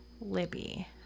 Libby